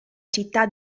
città